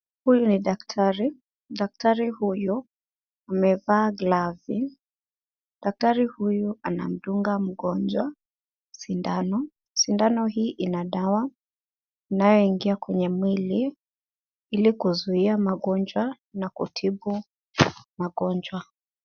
Huyu ni daktari, daktari huyu amevaa glavu, daktari huyu anamdunga mgonjwa sindano. Sindano hii ina dawa, inayoingia kwenye mwili ili kuzuiya magonjwa na kutibu magonjwa.